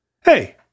hey